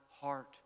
heart